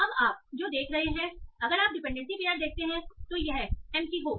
अब आप जो देख रहे हैं अगर आप डिपेंडेंसी पेयर देखते हैं तो यह एमपटी होगा